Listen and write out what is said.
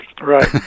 Right